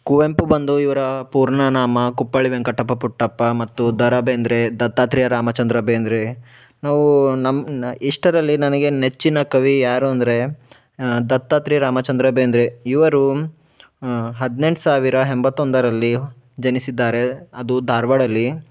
ಕುವೆಂಪು ಬಂದು ಇವರ ಪೂರ್ಣ ನಾಮ ಕುಪ್ಪಳ್ಳಿ ವೆಂಕಟಪ್ಪ ಪುಟ್ಟಪ್ಪ ಮತ್ತು ದ ರಾ ಬೇಂದ್ರೆ ದತ್ತಾತ್ರೇಯ ರಾಮಚಂದ್ರ ಬೇಂದ್ರೆ ನಾವು ನಮ್ಮ ಇಷ್ಟರಲ್ಲಿ ನನಗೆ ನೆಚ್ಚಿನ ಕವಿ ಯಾರು ಅಂದರೆ ದತ್ತಾತ್ರೇಯ ರಾಮಚಂದ್ರ ಬೇಂದ್ರೆ ಇವರು ಹದಿನೆಂಟು ಸಾವಿರ ಎಂಬತ್ತೊಂದರಲ್ಲಿ ಜನಿಸಿದ್ದಾರೆ ಅದು ಧಾರ್ವಾಡದಲ್ಲಿ